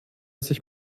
sich